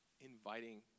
inviting